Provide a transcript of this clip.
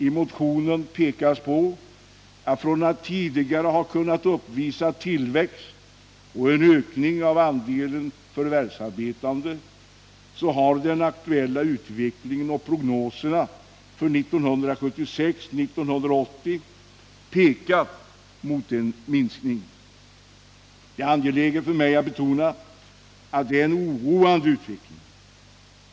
I motionen pekas på att länet tidigare har kunnat uppvisa tillväxt och en ökning av andelen förvärvsarbetande, medan den aktuella utvecklingen och prognoserna för 1976-1980 däremot pekat mot en minskning. Det är angeläget för mig att betona att det är en oroande utveckling.